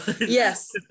Yes